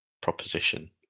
proposition